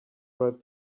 write